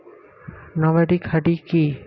Nomadic hardy কি?